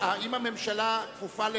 האם הממשלה כפופה,